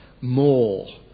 more